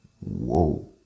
Whoa